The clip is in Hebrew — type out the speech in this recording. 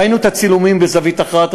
ראינו את הצילומים בזווית אחת,